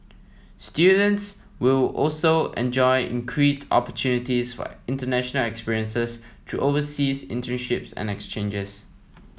students will also enjoy increased opportunities for international experiences through overseas internships and exchanges